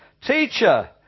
Teacher